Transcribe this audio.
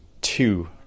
two